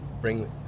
bring